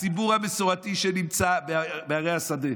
הציבור המסורתי שנמצא בערי השדה,